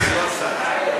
הוא לא עשה את זה.